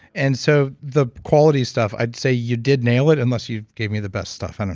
and so the quality stuff, i'd say you did nail it, unless you gave me the best stuff. i don't